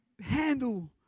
handle